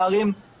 תודה רבה.